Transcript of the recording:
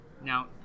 Now